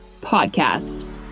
podcast